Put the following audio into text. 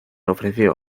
ofreció